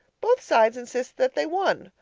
both sides insist that they won.